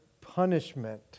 punishment